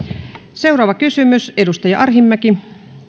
seuraava kysymys edustaja arhinmäki